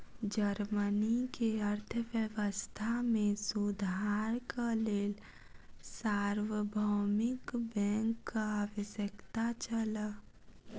Germany के अर्थव्यवस्था मे सुधारक लेल सार्वभौमिक बैंकक आवश्यकता छल